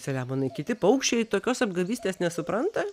selemonai kiti paukščiai tokios apgavystės nesupranta